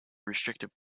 restrictive